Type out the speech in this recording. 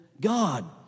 God